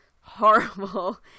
horrible